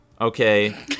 okay